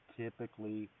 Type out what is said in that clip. typically